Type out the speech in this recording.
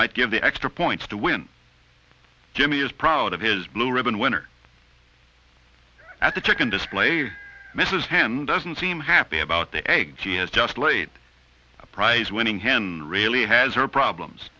might give the extra points to when jimmy is proud of his blue ribbon winner at the chicken display misses him doesn't seem happy about the egg she has just laid a prize winning hand really has her problems